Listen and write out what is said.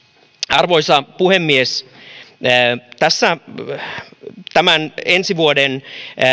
arvoisa puhemies yksi ensi vuoden